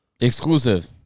Exclusive